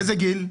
איזה גיל?